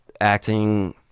acting